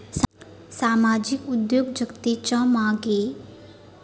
सामाजिक उद्योजकतेच्या लोकप्रियतेमागे अनेक कारणा आसत